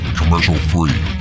commercial-free